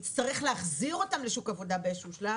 שנצטרך להחזיר אותם לשוק העבודה באיזשהו שלב,